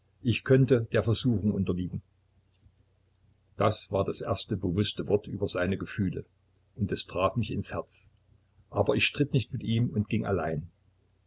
ich könnte der versuchung unterliegen das war das erste bewußte wort über seine gefühle und es traf mich ins herz aber ich stritt nicht mit ihm und ging allein